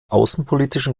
außenpolitischen